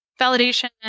validation